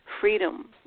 freedom